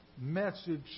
message